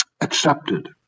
accepted